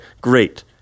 great